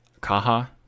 Kaha